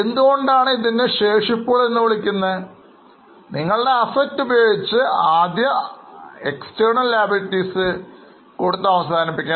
എന്തുകൊണ്ടാണ് ഇതിനെ ശേഷിപ്പുകൾ എന്ന് വിളിക്കുന്നത് നിങ്ങളുടെ Assets ഉപയോഗിച്ച് ആദ്യം ബാഹ്യ ബാധ്യതകൾ നൽകണം